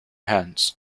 hands